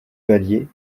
vallier